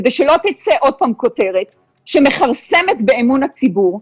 כדי שלא תצא עוד פעם כותרת שמכרסמת באימון הציבור.